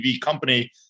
company